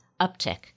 uptick